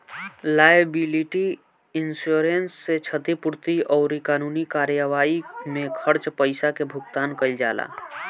liability insurance से क्षतिपूर्ति अउरी कानूनी कार्यवाई में खर्च पईसा के भुगतान कईल जाला